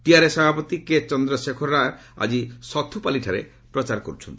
TRS ସଭାପତି କେ ଚନ୍ଦ୍ରଶେଖର ରାଓ ଆଜି ସଥୁପାଲିଠାରେ ପ୍ରଚାର କରୁଛନ୍ତି